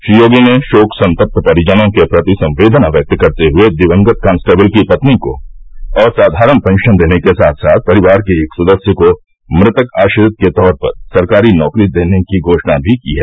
श्री योगी ने शोक संतत परिजनों के प्रति संवेदना व्यक्त करते हुये दिवंगत कांस्टेबिल की पत्नी को असाधारण पेंशन देने के साथ साथ परिवार के एक सदस्य को मृतक आश्रित के तौर पर सरकारी नौकरी देने की घोषणा भी की है